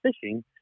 fishing